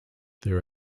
there